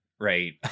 right